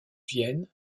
vienne